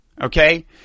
Okay